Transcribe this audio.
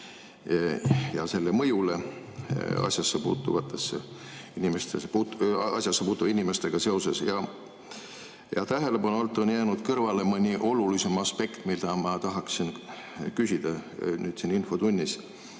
ja selle mõjule asjasse puutuvate inimestega seoses. Tähelepanu alt on jäänud kõrvale mõni olulisem aspekt, mida ma tahaksin küsida nüüd siin infotunnis.